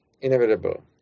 inevitable